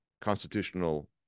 constitutional